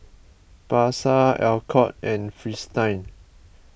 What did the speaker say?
Pasar Alcott and Fristine